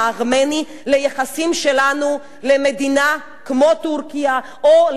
ליחסים שלנו למדינה כמו טורקיה או ליחסים,